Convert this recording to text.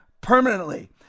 permanently